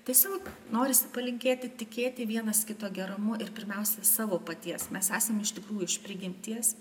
tiesiog norisi palinkėti tikėti vienas kito gerumu ir pirmiausiai savo paties mes esam iš tikrųjų iš prigimties